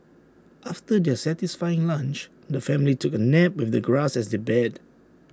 after their satisfying lunch the family took A nap with the grass as their bed